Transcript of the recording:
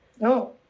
No